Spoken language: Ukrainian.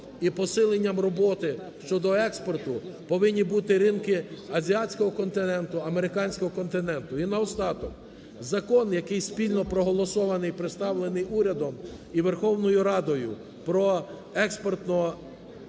і посиленням роботи щодо експорту повинні бути ринки Азіатського континенту, Американського континенту. І наостанок. Закон, який спільно проголосований, представлений урядом і Верховною Радою, про експортно-кредитне